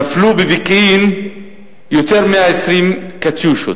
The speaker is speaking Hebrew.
נפלו בפקיעין יותר מ-20 "קטיושות".